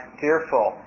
fearful